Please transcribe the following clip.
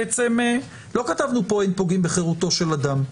לא כתבנו פה: אין פוגעים בחירותו של אדם.